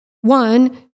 one